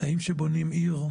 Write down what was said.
האם כשבונים עיר,